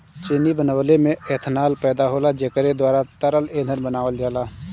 चीनी बनवले में एथनाल पैदा होला जेकरे द्वारा तरल ईंधन बनावल जाला